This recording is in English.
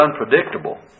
unpredictable